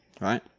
right